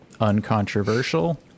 uncontroversial